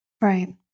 Right